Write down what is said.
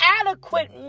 adequate